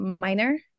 minor